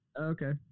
Okay